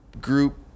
Group